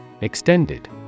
Extended